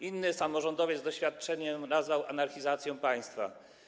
Inny samorządowiec z doświadczeniem nazwał go anarchizacją państwa.